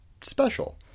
special